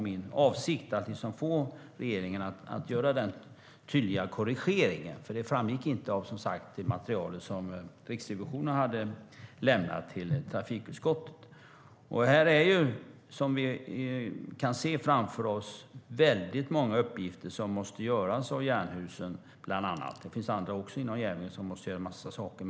Min avsikt var att få regeringen att göra denna tydliga korrigering. Det framgick inte av det material som Riksrevisionen hade lämnat till trafikutskottet. Som vi kan se framför oss är det väldigt många uppgifter som måste göras av bland andra Jernhusen. Det finns även andra inom järnvägen som måste göra en massa saker.